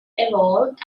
evolved